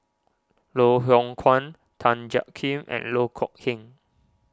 Loh Hoong Kwan Tan Jiak Kim and Loh Kok Heng